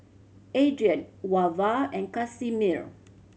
Adrien Wava and Casimir